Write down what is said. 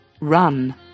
run